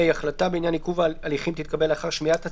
(ה)החלטה בעניין עיכוב הליכים תתקבל לאחר שמיעת הצדדים,